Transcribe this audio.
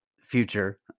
future